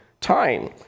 time